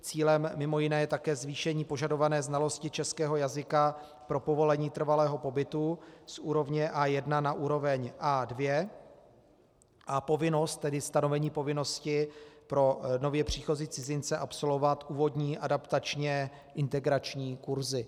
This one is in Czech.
Cílem je mimo jiné také zvýšení požadované znalosti českého jazyka pro povolení trvalého pobytu z úrovně A1 na úroveň A2 a stanovení povinnosti pro nově příchozí cizince absolvovat úvodní adaptačněintegrační kurzy.